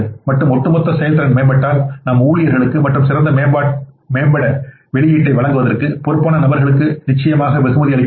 மற்றும் ஒட்டுமொத்த செயல்திறன் மேம்பட்டால் நம் ஊழியர்களுக்கு சிறந்த மற்றும் மேம்பட்ட வெளியீட்டை வழங்குவதற்கு பொறுப்பான நபர்களுக்கு நிச்சயமாக வெகுமதி அளிக்க முடியும்